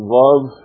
love